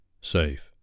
Safe